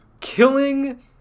Killing